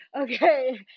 okay